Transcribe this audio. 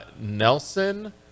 Nelson